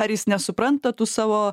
ar jis nesupranta tų savo